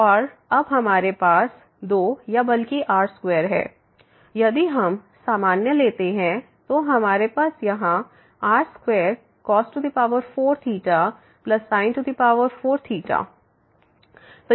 और अब हमारे पास 2 या बल्कि r2 है यदि हम सामान्य लेते हैं तो हमारे पास यहाँ r2 cos4 ϴ sin4 ϴ